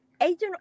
Agent